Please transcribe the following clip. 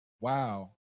wow